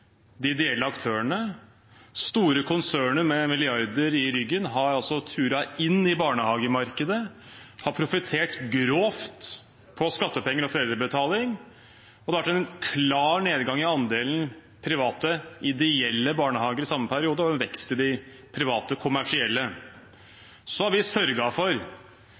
de ideelle aktørene. Store konserner med milliarder i ryggen har altså tura inn i barnehagemarkedet og profitert grovt på skattepenger og foreldrebetaling, og det har vært en klar nedgang i andelen private ideelle barnehager i samme periode og en vekst i de private kommersielle. Så har vi sørget for